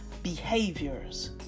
behaviors